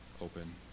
open